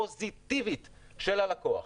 פוזיטיבית של הלקוח.